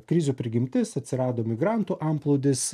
krizių prigimtis atsirado migrantų antplūdis